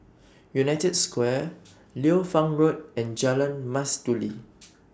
United Square Liu Fang Road and Jalan Mastuli